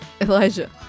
Elijah